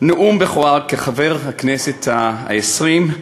נאום בכורה כחבר הכנסת העשרים,